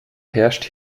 herrscht